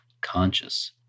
conscious